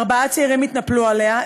ארבעה צעירים התנפלו עליה,